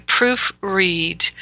proofread